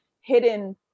hidden